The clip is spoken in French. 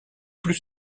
plus